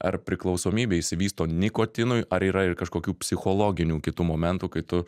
ar priklausomybė išsivysto nikotinui ar yra ir kažkokių psichologinių kitų momentų kai tu